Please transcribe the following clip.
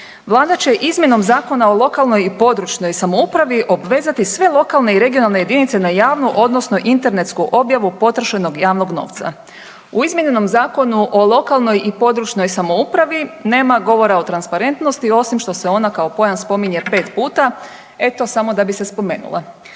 „Vlada će izmjenom Zakona o lokalnoj i područnoj samoupravi obvezati sve lokalne i regionalne jedinice na javnu odnosno internetsku objavu potrošenog javnog novca.“. U izmijenjenom Zakonu o lokalnoj i područnoj samoupravi nema govora o transparentnosti osim što se ona kao pojam spominje pet puta eto samo da bi se spomenula.